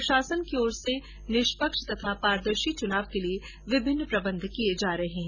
प्रशासन की ओर से निष्पक्ष और पारदर्शी चूनाव के लिए विभिन्न इंतजाम किए जा रहे हैं